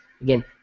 Again